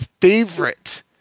favorite